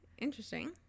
interesting